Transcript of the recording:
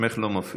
שמך לא מופיע.